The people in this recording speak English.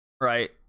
right